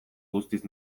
guztiz